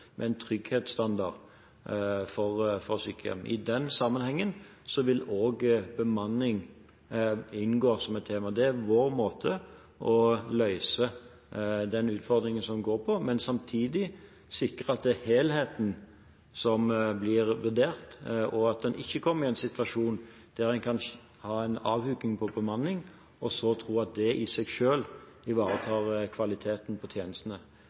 I den sammenhengen vil også bemanning inngå som et tema. Det er vår måte å løse den utfordringen på. Men samtidig må vi sikre at helheten blir vurdert, og at en ikke kommer i en situasjon der en kan ha en avhuking på bemanning, og så tro at det i seg selv ivaretar kvaliteten på tjenestene.